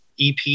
EP